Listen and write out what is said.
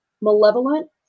malevolent